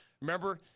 Remember